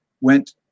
went